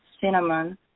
cinnamon